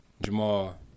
Jamal